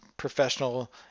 professional